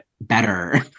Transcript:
better